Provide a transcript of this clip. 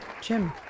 Jim